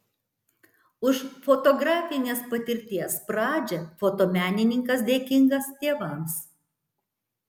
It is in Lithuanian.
už fotografinės patirties pradžią fotomenininkas dėkingas tėvams